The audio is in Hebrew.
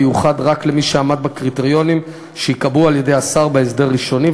ייוחד רק למי שעמד בקריטריונים שייקבעו על-ידי השר בהסדר ראשוני,